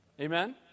Amen